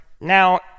Now